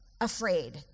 Afraid